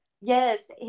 Yes